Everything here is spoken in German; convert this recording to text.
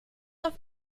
auf